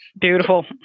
beautiful